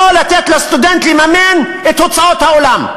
לא לתת לסטודנטים לממן את הוצאות האולם.